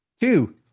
Two